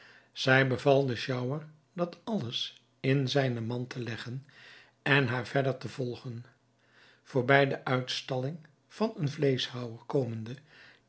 zij beval den sjouwer dat alles in zijne mand te leggen en haar verder te volgen voorbij de uitstalling van een vleeschhouwer komende